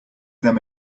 them